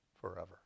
forever